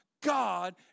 God